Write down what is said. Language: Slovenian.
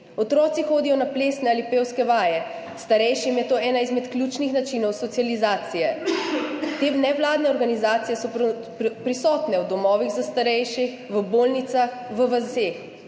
Otroci hodijo na plesne ali pevske vaje, starejšim je to ena izmed ključnih načinov socializacije. Te nevladne organizacije so prisotne v domovih za starejše, v bolnicah, v vaseh.